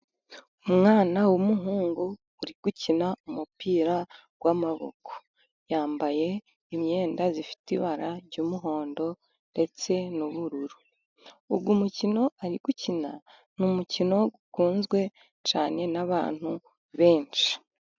Umwana w'umuhungu uri gukina umupira w'amaboko, yambaye imyenda ifite ibara ry'umuhondo ndetse n'ubururu, uyu mukino ari gukina ni umukino ukunzwe cyane n'abantu benshi.